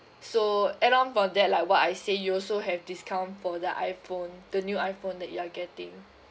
so add on for that like what I say you also have discount for the iphone the new iphone that you're getting